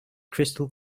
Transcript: crystal